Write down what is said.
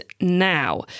now